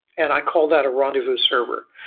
and i call that a rendezvous server.